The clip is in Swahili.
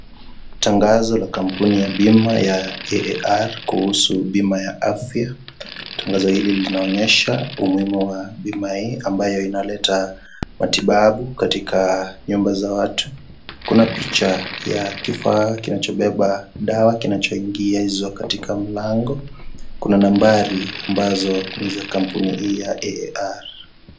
Tangazo la kampuni ya bima ya AAR kuhusu bima ya afya. Tangazo hili linaonyesha umuhimu wa bima hii ambayo inaleta matibabu katika nyumba za watu. Kuna picha ya kifaa kinachobeba dawa kinachoingizwa katika mlango. Kuna nambari ambazo ni za kampuni hii ya AAR.